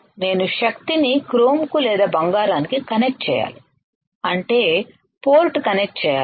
నేను శక్తిని క్రోమ్కు లేదా బంగారానికి కనెక్ట్ చేయాలి అంటే పోర్ట్ కనెక్ట్ చేయాలి